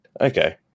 Okay